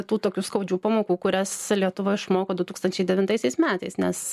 tų tokių skaudžių pamokų kurias lietuva išmoko du tūkstančiai devintaisiais metais nes